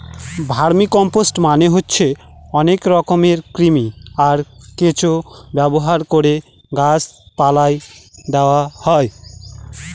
vermicompost মানে হচ্ছে অনেক রকমের কৃমি, আর কেঁচো ব্যবহার করে গাছ পালায় দেওয়া হয়